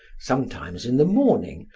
sometimes in the morning,